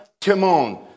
Timon